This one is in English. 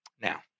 Now